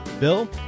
Bill